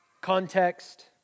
context